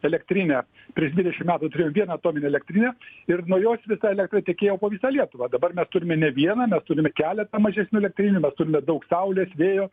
elektrinę prieš dvidešim metų turėjom vieną atominę elektrinę ir nuo jos visa elektra tekėjo po visą lietuvą dabar mes turime ne vieną mes turime keletą mažesnių elektrinių mes turime daug saulės vėjo